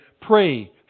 pray